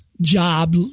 job